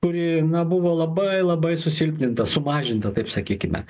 kuri na buvo labai labai susilpninta sumažinta taip sakykime